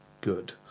good